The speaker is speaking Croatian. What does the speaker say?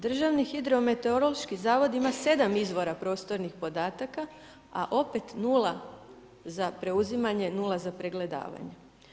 Državni hidrometeorološki zavod ima sedam izvora prostornih podataka, a opet nula za preuzimanje, nula za pregledavanje.